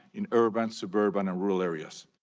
in urban, suburban and rural areas.